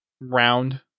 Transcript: round